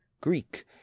greek